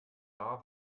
haar